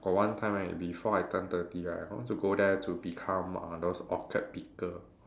got one time right before I turn thirty right I want to go there to become uh those orchid picker